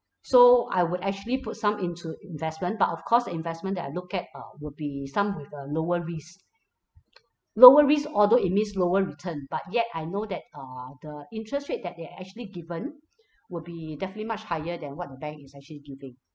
so I would actually put some into investment but of course the investment that I look at uh will be some with a lower risk lower risk although it means lower return but yet I know that uh the interest rate that they're actually given would be definitely much higher than what the bank is actually giving